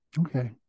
Okay